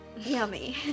Yummy